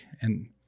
and-